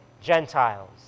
Gentiles